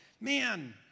man